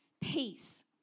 peace